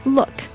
Look